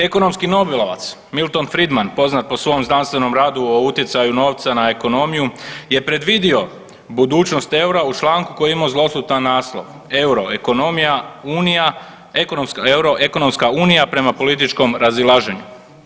Ekonomski nobelovac Milton Friedman poznat po svom znanstvenom radu o utjecaju novca na ekonomiju je predvidio budućnost EUR-a u članku koji je imao zlosutan naslov EUR-o ekonomija, unija, EUR-o ekonomska unija prema političkom razilaženju.